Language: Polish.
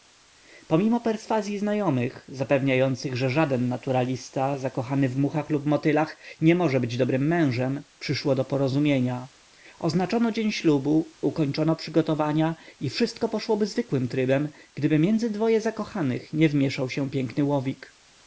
pomimo perswazyi znajomych zapewniających że żaden naturalista zakochany w muchach lub motylach nie może być dobrym mężem przyszło do porozumienia oznaczono dzień ślubu ukończono przygotowania i wszystko poszłoby zwykłym trybem gdyby między dwoje zakochanych nie wmieszał się piękny łowik